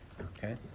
Okay